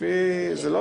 זה לא